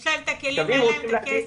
יש להם את הכלים אין להם את הכסף.